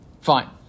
fine